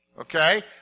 Okay